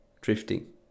drifting